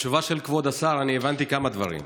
מהתשובה של כבוד השר אני הבנתי כמה דברים: